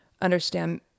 understand